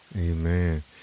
Amen